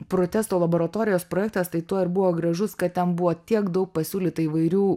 protesto laboratorijos projektas tai tuo ir buvo gražus kad ten buvo tiek daug pasiūlyta įvairių